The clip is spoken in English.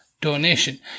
donation